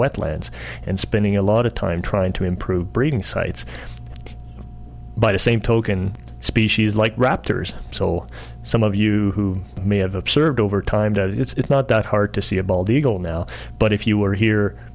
wetlands and spending a lot of time trying to improve breeding sites by the same token species like raptors so some of you who may have observed over time that it's not that hard to see a bald eagle now but if you were here